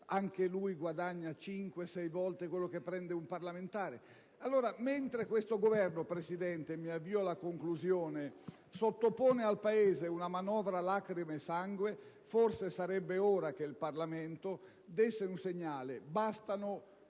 manageriale, guadagna cinque-sei volte più di un parlamentare? Allora, mentre questo Governo, Presidente - e mi avvio alla conclusione - sottopone al Paese una manovra lacrime e sangue, forse sarebbe ora che il Parlamento desse un segnale. Bastano